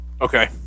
Okay